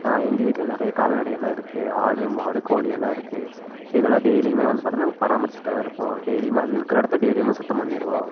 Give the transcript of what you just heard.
எங்கள் வீட்டில நிறைய கால்நடை எல்லாம் இருக்குது ஆடு மாடு கோழி எல்லாம் இருக்குது சி இதெல்லாம் டெய்லியுமே வந்து பார்த்திங்கனா நாங்கள் பராமரிச்சிட்டுதானிருப்போம் டெய்லியும் அது இருக்கிற இடத்த டெய்லியுமே சுத்தம் பண்ணிடுவோம்